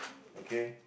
okay